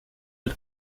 mit